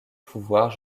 pouvoir